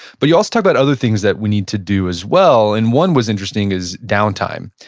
but you, also, talk about other things that we need to do as well, and one was interesting, is downtime.